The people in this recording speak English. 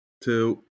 Two